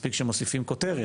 מספיק שמוסיפים כותרת,